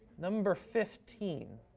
number fifteen.